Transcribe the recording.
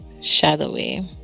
shadowy